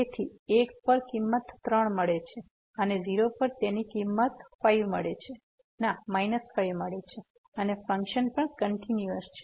તેથી 1 પર કિમંત 3 મળશે અને ૦ પર તેની કિમંત 5 મળશે અને ફંક્શન પણ કંટીન્યુયસ છે